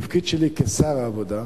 התפקיד שלי כשר העבודה,